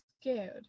scared